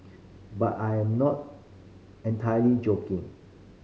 but I am not entirely joking